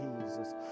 Jesus